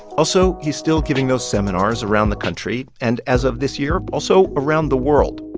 also he's still giving those seminars around the country and, as of this year, also around the world.